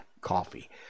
Coffee